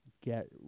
get